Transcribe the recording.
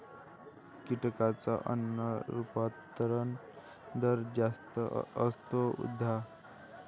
कीटकांचा अन्न रूपांतरण दर जास्त असतो, उदा